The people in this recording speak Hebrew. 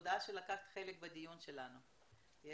תודה שלקחת חלק בדיון שלנו.